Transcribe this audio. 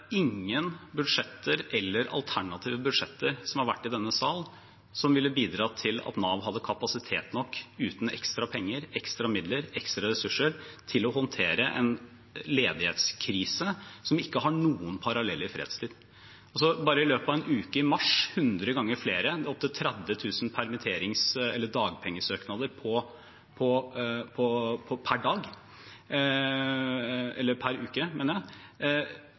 ingen budsjetter eller alternative budsjetter som har vært i denne sal, som ville bidratt til at Nav hadde kapasitet nok uten ekstra penger, ekstra midler, ekstra ressurser til å håndtere en ledighetskrise som ikke har noen parallell i fredstid. Bare i løpet av en uke i mars var det hundre ganger flere, med opptil 30 000 dagpengesøknader